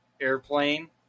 airplane